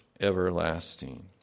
everlasting